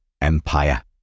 empire